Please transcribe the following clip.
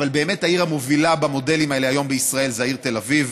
אבל באמת העיר המובילה במודלים האלה היום בישראל זאת העיר תל אביב,